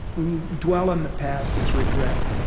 when you dwell in the past, it's regrets.